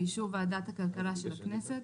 באישור ועדת הכלכלה של הכנסת,